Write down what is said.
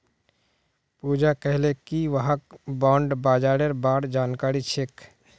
पूजा कहले कि वहाक बॉण्ड बाजारेर बार जानकारी छेक